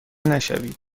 نشوید